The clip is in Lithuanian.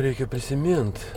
reikia prisimint